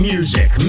Music